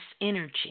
energy